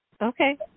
Okay